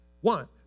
One